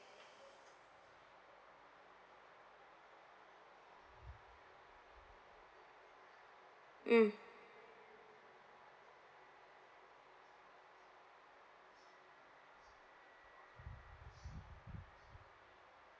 mm